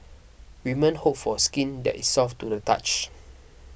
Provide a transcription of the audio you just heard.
women hope for skin that is soft to the touch